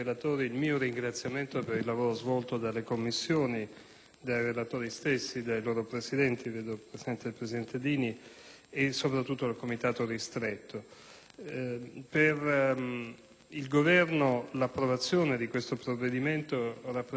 relatori, dai loro Presidenti, dal presidente Dini e soprattutto dal Comitato ristretto. Per il Governo l'approvazione del provvedimento in esame rappresenta la conferma del carattere prioritario della questione sicurezza.